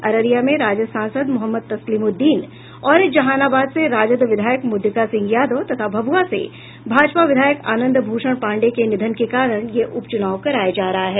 अररिया में राजद सांसद मोहम्मद तस्लीमुद्दीन और जहानाबाद से राजद विधायक मुद्रिका सिंह यादव तथा भभुआ से भाजपा विधायक आनंद भूषण पांडे के निधन के कारण यह उपचुनाव कराया जा रहा है